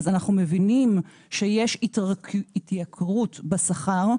אנחנו מבינים שיש התייקרות בשכר,